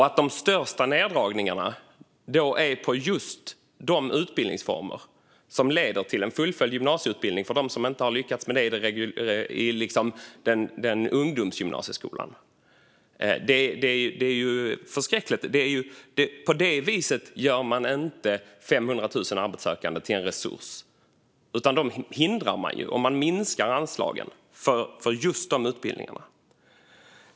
Att de största neddragningarna görs på just de utbildningsformer som leder till en fullföljd gymnasieutbildning för dem som inte har lyckats med detta i ungdomsgymnasieskolan är därför förskräckligt. På det viset gör man inte 500 000 arbetssökande till en resurs, utan man hindrar dem om man minskar anslagen för just dessa utbildningar.